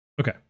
Okay